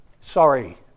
Sorry